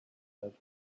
said